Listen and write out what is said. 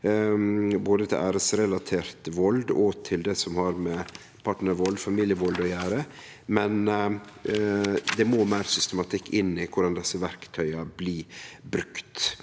både for æresrelatert vald og for det som har med partnarvald og familievald å gjere. Men det må meir systematikk inn i korleis desse verktøya blir brukte.